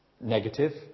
negative